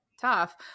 tough